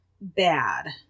bad